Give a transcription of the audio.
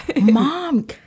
mom